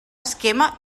esquema